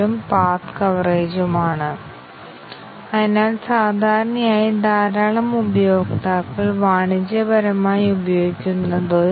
control flow ഗ്രാഫിലെ start നോഡിൽ നിന്ന് ഒരു ടെർമിനൽ നോഡിലേക്കുള്ള ഒരു നോഡ് എഡ്ജ് സീക്വൻസാണ് ഒരു പാത്ത്